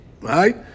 right